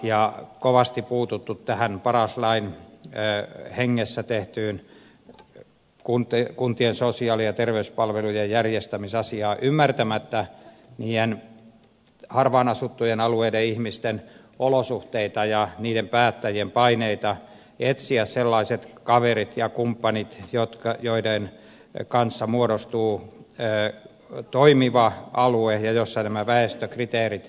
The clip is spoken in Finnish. ja kovasti on puututtu tähän paras lain hengessä tehtyyn kuntien sosiaali ja terveyspalvelujen järjestämisasiaan ymmärtämättä niiden harvaan asuttujen alueiden ihmisten olosuhteita ja niiden päättäjien paineita etsiä sellaiset kaverit ja kumppanit joiden kanssa muodostuu toimiva alue ja nämä väestökriteerit täyttyvät